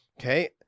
okay